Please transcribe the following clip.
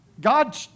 God